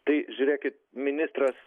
tai žiūrėkit ministras